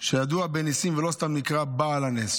שידוע בניסים ולא סתם נקרא "בעל הנס",